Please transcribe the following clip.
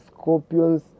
scorpions